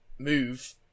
move